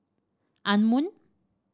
Anmum